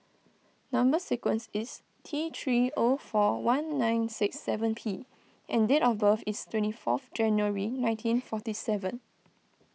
Number Sequence is T three O four one nine six seven P and date of birth is twenty fourth January nineteen forty seven